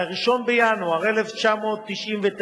1 בינואר 1999,